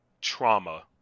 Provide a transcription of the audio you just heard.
trauma